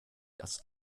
das